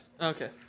Okay